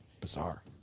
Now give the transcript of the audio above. Bizarre